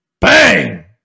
bang